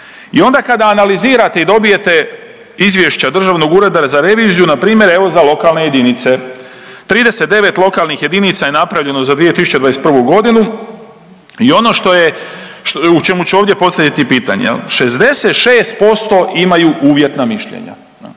I onda kada analizirate i dobijete izvješća Državnog ureda za reviziju npr. evo za lokalne jedinice, 39 lokalnih jedinica je napravljeno za 2021.g., i ono što je u čemu ću ovdje postaviti pitanje, 66% imaju uvjetna mišljenja,